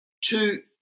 two